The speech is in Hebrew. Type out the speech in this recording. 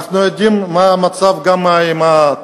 אנחנו יודעים גם מה המצב בתעסוקה,